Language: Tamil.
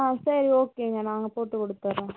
ஆ சரி ஓகேங்க நாங்கள் போட்டுக் கொடுத்தர்றோம்